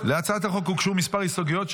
להצעת החוק הוגשו כמה הסתייגויות,